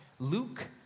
Luke